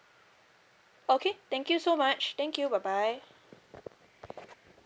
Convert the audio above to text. okay thank you so much thank you bye bye